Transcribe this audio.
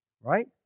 Right